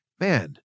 man